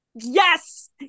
Yes